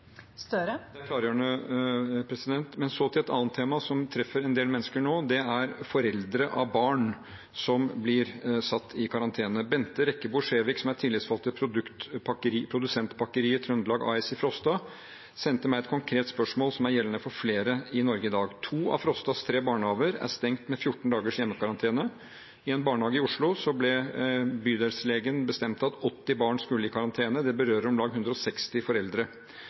Støre – til oppfølgingsspørsmål. Det var klargjørende. Men så til et annet tema, som treffer en del mennesker nå. Det gjelder foreldre til barn som blir satt i karantene. Bente Rekkebo Skjevik, som er tillitsvalgt i Produsentpakkeriet Trøndelag AS i Frosta, sendte meg et konkret spørsmål som er gjeldende for flere i Norge i dag. To av Frostas tre barnehager er stengt med 14 dagers hjemmekarantene. I en barnehage i Oslo bestemte bydelslegen at 80 barn skulle i karantene. Det berører om lag 160 foreldre. Da er spørsmålet: Hvilken ordning gjelder for foreldre